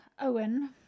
Owen